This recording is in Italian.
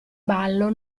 ballo